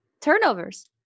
Turnovers